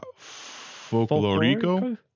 Folklorico